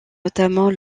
notamment